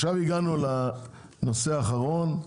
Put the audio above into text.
עכשיו הגענו לנושא האחרון,